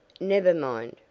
never mind,